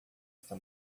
está